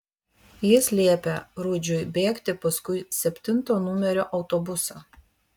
jis liepė rudžiui bėgti paskui septinto numerio autobusą